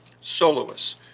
soloists